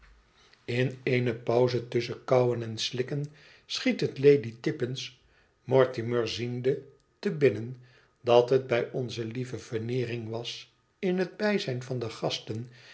in ene pauze tusschen kauwen en slikken schiet het lady tippins mortimer ziende te binnen dat het bij onze lieve veneerings was in het bijzijn van de gasten